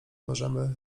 możemy